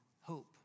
hope